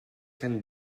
can